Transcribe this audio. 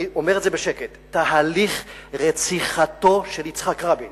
אני אומר את זה בשקט: תהליך רציחתו של יצחק רבין